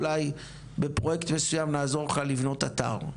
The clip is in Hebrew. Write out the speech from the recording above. אולי בפרויקט מסוים נעזור לך לבנות אתר?".